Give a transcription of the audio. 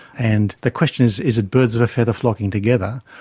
and the question is is it birds of a feather flocking together,